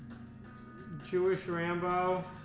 jewishrambo